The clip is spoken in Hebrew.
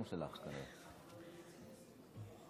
אדוני היושב-ראש, כנסת ישראל הנכבדה,